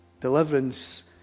Deliverance